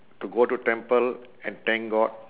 to go to temple and thank god